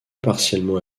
partiellement